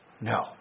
No